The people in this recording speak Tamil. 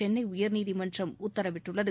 சென்னை உயர்நீதிமன்றம் உத்தரவிட்டுள்ளது